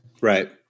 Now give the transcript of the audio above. Right